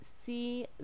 see